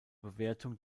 bewertung